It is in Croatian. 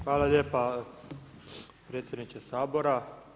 Hvala lijepa predsjedniče Sabora.